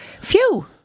Phew